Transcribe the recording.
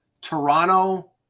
Toronto